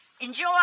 Enjoy